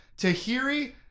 Tahiri